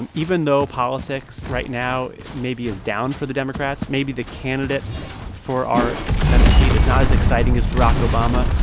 and even though politics right now maybe is down for the democrats, maybe the candidate for our senate seat is not as exciting as barack obama,